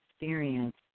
experience